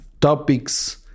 topics